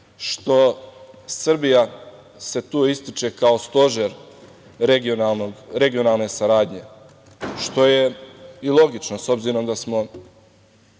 što Srbija se tu ističe kao stožer regionalne saradnje, što je i logično, s obzirom da smo